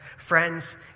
Friends